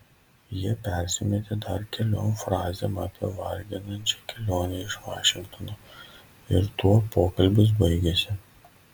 jie persimetė dar keliom frazėm apie varginančią kelionę iš vašingtono ir tuo pokalbis baigėsi